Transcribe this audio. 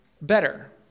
better